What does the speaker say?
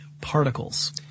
particles